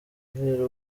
guhera